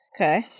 Okay